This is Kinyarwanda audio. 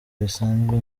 bisanzwe